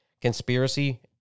conspiracy